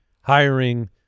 hiring